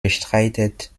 bestreitet